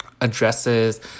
addresses